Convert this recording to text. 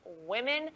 women